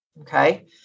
Okay